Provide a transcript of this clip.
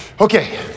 Okay